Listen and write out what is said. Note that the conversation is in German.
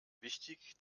wichtig